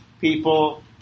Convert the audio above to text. people